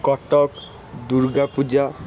Cuttack Durga Puja